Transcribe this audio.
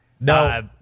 No